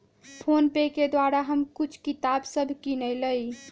PhonePe के द्वारा हम कुछ किताप सभ किनलियइ